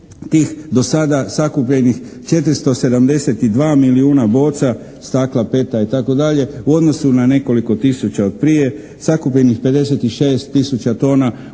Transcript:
do sada sakupljenih 472 milijuna boca stakla, peta itd. u odnosu na nekoliko tisuća od prije sakupljenih 56 tisuća tona